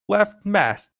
westmeath